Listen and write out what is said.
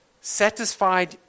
satisfied